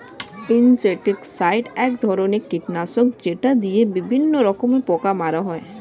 insecticide এক ধরনের কীটনাশক যেটা দিয়ে বিভিন্ন রকমের পোকা মারা হয়